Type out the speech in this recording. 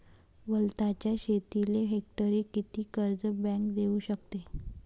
वलताच्या शेतीले हेक्टरी किती कर्ज बँक देऊ शकते?